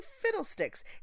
fiddlesticks